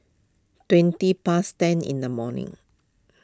twenty past ten in the morning